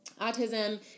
autism